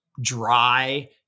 dry